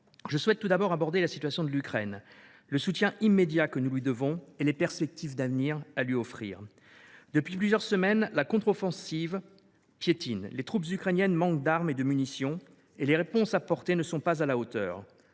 Je souhaite tout d’abord aborder la situation de l’Ukraine, le soutien immédiat que nous lui devons et les perspectives d’avenir à lui offrir. Depuis plusieurs semaines, la contre offensive piétine, les troupes ukrainiennes manquent d’armes et de munitions, et les réponses apportées ne sont pas à la hauteur.